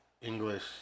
English